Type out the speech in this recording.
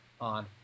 on